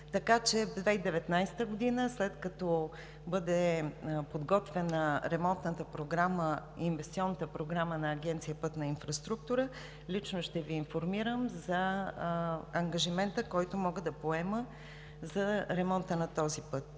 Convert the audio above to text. Така че 2019 г., след като бъде подготвена ремонтната програма – Инвестиционната програма на Агенция „Пътна инфраструктура“, лично ще Ви информирам за ангажимента, който мога да поема за ремонта на този път.